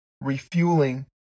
refueling